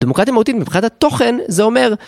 דמוקרטיה מהותית מבחינת התוכן, זה אומר